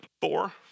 Four